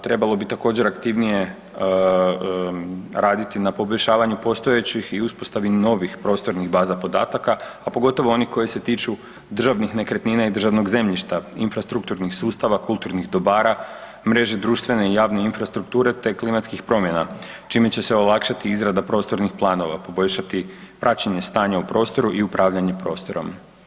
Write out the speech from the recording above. Trebalo bi također aktivnije raditi na poboljšanju postojećih i uspostavi novih prostornih baza podataka, a pogotovo onih koji se tiču državnih nekretnina i državnog zemljišta, infrastrukturnih sustava, kulturnih dobara, mreže društvene i javne infrastrukture te klimatskih promjena, čime će se olakšati izrada prostornih planova, poboljšati praćenje stanja u prostoru i upravljanje prostorom.